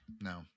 No